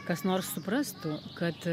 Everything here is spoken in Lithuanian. kas nors suprastų kad